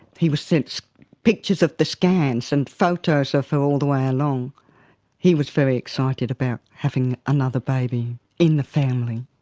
he was sent pictures of the scans and photos of her all the way along. so he was very excited about having another baby in the family.